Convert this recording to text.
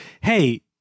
hey